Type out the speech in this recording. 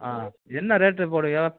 ஆ என்ன ரேட்டு போடுவீங்க